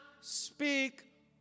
speak